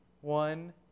one